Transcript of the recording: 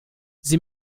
sie